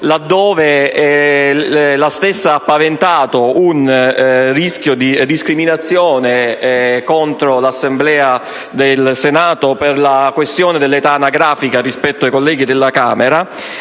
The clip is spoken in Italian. quale la stessa ha paventato un rischio di discriminazione dell'Assemblea del Senato per la questione dell'età anagrafica rispetto ai colleghi della Camera,